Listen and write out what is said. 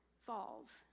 falls